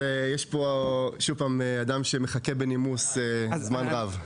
יש פה אדם שמחכה בנימוס זמן רב.